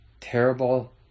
Terrible